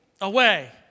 away